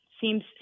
seems